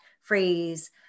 phrase